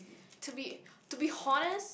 to be to be honest